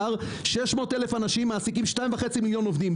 600,000 אנשים מעסיקים 2.5 מיליון עובדים.